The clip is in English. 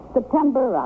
September